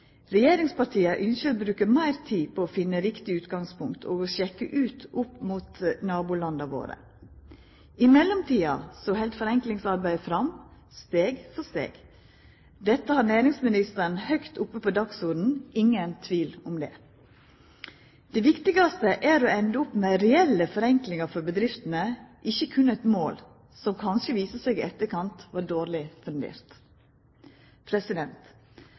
Regjeringspartia ønskjer å bruka meir tid på å finna riktig utgangspunkt og å sjekka det ut mot nabolanda våre. I mellomtida held forenklingsarbeidet fram, steg for steg. Dette har næringsministeren høgt oppe på dagsordenen – ingen tvil om det. Det viktigaste er å enda opp med reelle forenklingar for bedriftene, ikkje berre eit mål som kanskje i etterkant viser seg var dårlig fundert.